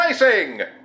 racing